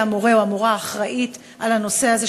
המורה או המורה האחראית על הנושא הזה?